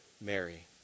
Mary